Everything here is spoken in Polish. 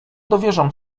dowierzam